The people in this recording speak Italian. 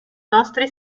nostri